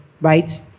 right